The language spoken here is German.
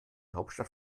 hauptstadt